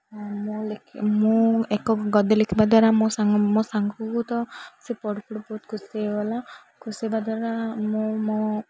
ମୁଁ ଲେଖି ମୁଁ ଏକ ଗଦ୍ୟ ଲେଖିବା ଦ୍ୱାରା ମୋ ସାଙ୍ଗ ମୋ ସାଙ୍ଗକୁ ତ ସେ ପଢୁ ପଢୁ ବହୁତ ଖୁସି ହୋଇଗଲା ଖୁସି ହେବା ଦ୍ୱାରା ମୁଁ ମୋ